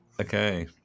Okay